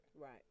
Right